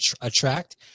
attract